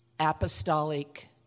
apostolic